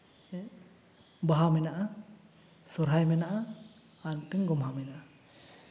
ᱵᱟᱦᱟ ᱢᱮᱱᱟᱜᱼᱟ ᱥᱚᱦᱚᱨᱟᱭ ᱢᱮᱱᱟᱜᱼᱟ ᱟᱨ ᱢᱤᱫᱴᱮᱱ ᱜᱳᱢᱦᱟ ᱢᱮᱱᱟᱜᱼᱟ